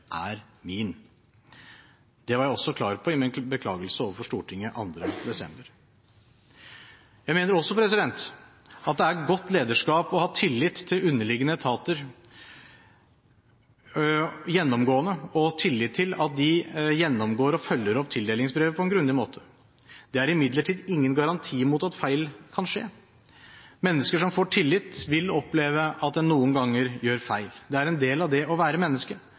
er mitt. Dette var jeg også klar på i min beklagelse overfor Stortinget 2. desember. Jeg mener også det er godt lederskap å ha tillit til at underliggende etater gjennomgår og følger opp tildelingsbrevet på en grundig måte. Det er imidlertid ingen garanti mot at feil kan skje. Mennesker som får tillit, vil oppleve at de noen ganger gjør feil. Det er en del av det å være menneske.